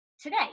today